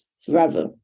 forever